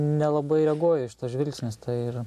nelabai reaguoju aš į tuos žvilgsnius tai ir